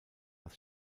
das